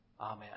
Amen